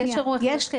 הקשר הוא הכרחי.